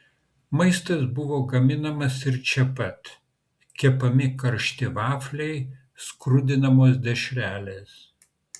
maistas buvo gaminamas ir čia pat kepami karšti vafliai skrudinamos dešrelės